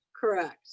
correct